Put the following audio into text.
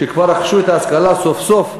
כשכבר רכשו את ההשכלה סוף-סוף,